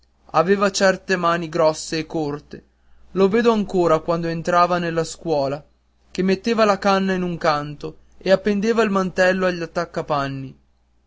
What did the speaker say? aveva certe mani grosse e corte lo vedo ancora quando entrava nella scuola che metteva la canna in un canto e appendeva il mantello